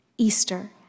Easter